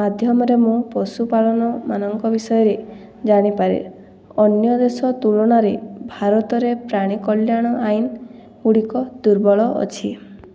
ମାଧ୍ୟମରେ ମୁଁ ପଶୁପାଳନମାନଙ୍କ ବିଷୟରେ ଜାଣିପାରେ ଅନ୍ୟ ଦେଶ ତୁଳନାରେ ଭାରତରେ ପ୍ରାଣୀ କଲ୍ୟାଣ ଆଇନ ଗୁଡ଼ିକ ଦୁର୍ବଳଅଛି